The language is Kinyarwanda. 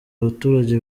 abaturage